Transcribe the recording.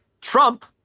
Trump